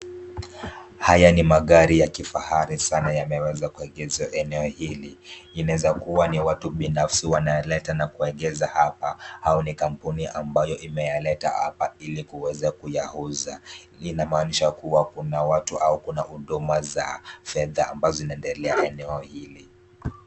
Haya ni magari ya kifahari sana yameweza kuegezwa eneo hili, inaweza kuwa ni ya watu binafsi wanayaleta na kuegeza hapa na au ni kampuni ambayo imeyaleta hapa ili kuweza kuyauza. Hii inamaanisha kuna watu au kuna huduma za fedha ambazo zinaendelea eneo hili.